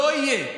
לא יהיה.